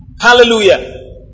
Hallelujah